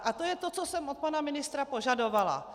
To je to, co jsem od pana ministra požadovala.